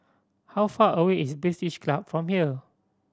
how far away is British Club from here